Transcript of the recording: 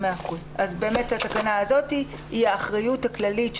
בכל מקרה זה יהיה הדרגתי.